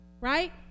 Right